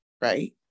right